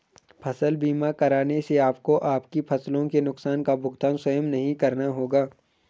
फसल बीमा कराने से आपको आपकी फसलों के नुकसान का भुगतान स्वयं नहीं करना होगा